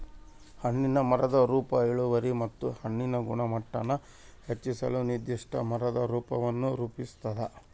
ಹಣ್ಣಿನ ಮರದ ರೂಪ ಇಳುವರಿ ಮತ್ತು ಹಣ್ಣಿನ ಗುಣಮಟ್ಟಾನ ಹೆಚ್ಚಿಸಲು ನಿರ್ದಿಷ್ಟ ಮರದ ರೂಪವನ್ನು ರೂಪಿಸ್ತದ